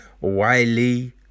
Wiley